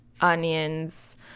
onions